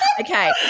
Okay